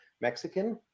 mexican